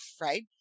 right